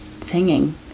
singing